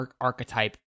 archetype